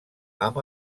amb